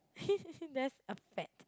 that's a fact